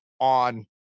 on